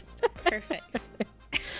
Perfect